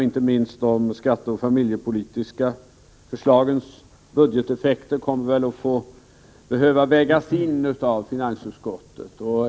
Inte minst kommer de skatteoch familjepolitiska förslagens budgeteffekter att behöva vägas in av finansutskottet.